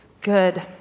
good